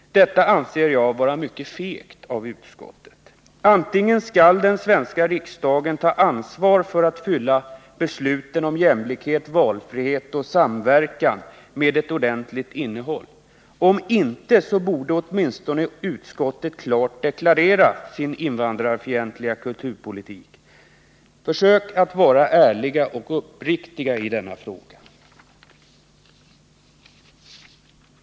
Detta anser jag vara mycket fegt av utskottet. Antingen skall den svenska riksdagen ta ansvar för att fylla besluten om jämlikhet, valfrihet och samverkan med ett ordentligt innehåll, eller också bör åtminstone utskottet klart deklarera sin invandrarfientliga kulturpolitik. Försök att vara ärliga och uppriktiga i denna fråga!